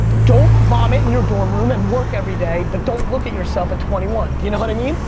don't vomit in your dorm room and work every day, but don't look at yourself at twenty one, do you know what i mean?